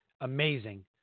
amazing